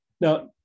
now